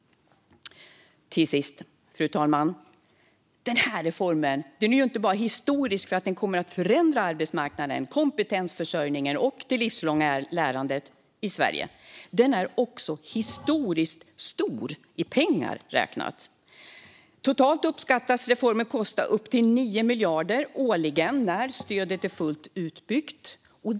Till sist, fru talman: Den här reformen är historisk inte bara för att den kommer att förändra arbetsmarknaden, kompetensförsörjningen och det livslånga lärandet i Sverige. Den är också historiskt stor i pengar räknat. Totalt uppskattas reformen kosta upp till 9 miljarder årligen när stödet är fullt utbyggt.